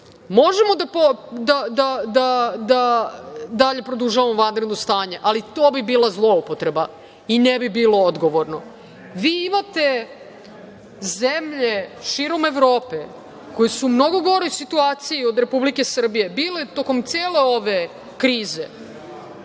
Možemo da dalje produžavamo vanredno stanje, ali to bi bila zloupotreba i ne bi bilo odgovorno. Vi imate zemlje širom Evrope koje su u mnogo goroj situaciji od Republike Srbije bile tokom cele ove krize.